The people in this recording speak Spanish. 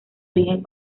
origen